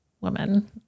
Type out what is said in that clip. woman